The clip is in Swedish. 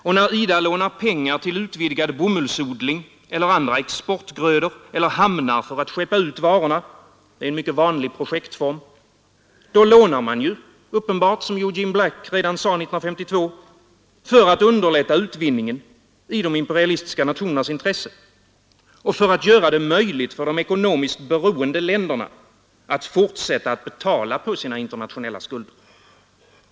Och när IDA lånar ut pengar till utvidgad odling av bomull eller andra exportgrödor eller till hamnar för att skeppa ut varorna — det är en mycket vanlig projektform — då lånar man uppenbart ut, som Eugene Black sade redan år 1952, för att underlätta utvinningen i de imperialistiska nationernas intresse och för att göra det möjligt för de ekonomiskt beroende länderna att fortsätta att betala på sina internationella skulder.